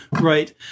Right